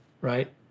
right